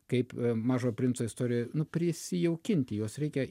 kaip mažo princo istorijoj nu prisijaukinti juos reikia